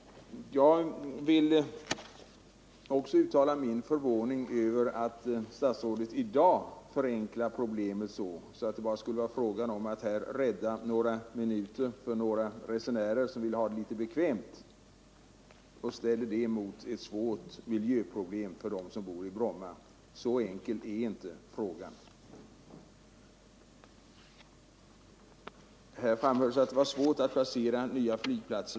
Jag vill också uttala min förvåning över att statsrådet i dag förenklar problemet till att det bara skulle vara fråga om några minuters tidsförlust för resenärer som vill ha det bekvämt. Han ställer det mot ett svårt miljöproblem för dem som bor i Bromma. Så enkel är inte frågan. Statsrådet framhåller att det är svårt att placera nya flygplatser.